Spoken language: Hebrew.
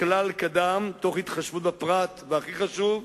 הכלל קדם תוך התחשבות בפרט, והכי חשוב: